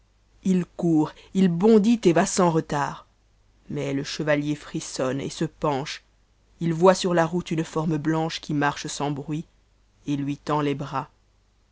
il court u bondit et va sans retard ma s te chevalier frissonne et se penche il vom sur la route une forme blanche qui marche sans bruit et ïmï tend les bras